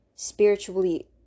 spiritually